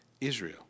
Israel